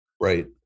Right